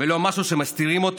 ולא משהו שמסתירים אותו